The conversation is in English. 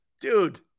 Dude